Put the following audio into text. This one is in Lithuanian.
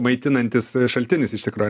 maitinantis šaltinis iš tikro